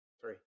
three